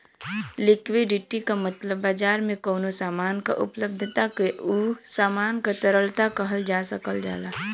liquidity क मतलब बाजार में कउनो सामान क उपलब्धता के उ सामान क तरलता कहल जा सकल जाला